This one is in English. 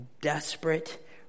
desperate